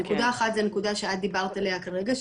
נקודה אחת זו נקודה שאת דיברת עליה כרגע,